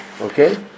Okay